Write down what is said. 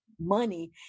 money